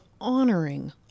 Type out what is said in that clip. honoring